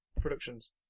Productions